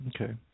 Okay